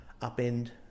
up-end